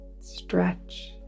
stretch